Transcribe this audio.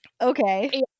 okay